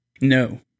No